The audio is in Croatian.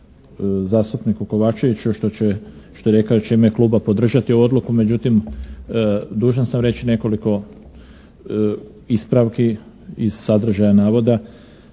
zastupniku Kovačeviću što će, što je rekao da će u ime Kluba podržati odluku međutim dužan sam reći nekoliko ispravki iz sadržaja navoda.